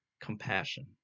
compassion